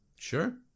Sure